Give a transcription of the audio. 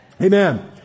Amen